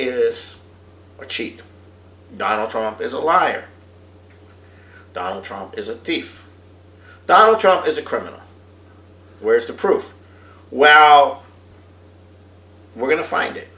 a cheap donald trump is a liar donald trump is a thief donald trump is a criminal where's the proof well we're going to find it